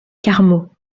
carmaux